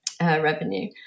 revenue